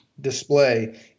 display